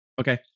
Okay